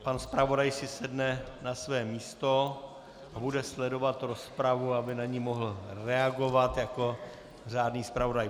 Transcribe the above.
Pan zpravodaj si sedne na své místo a bude sledovat rozpravu, aby na ni mohl reagovat jako řádný zpravodaj.